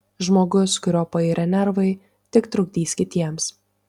žmogus kurio pairę nervai tik trukdys kitiems